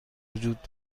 وجود